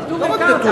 נטורי-קרתא, למשל.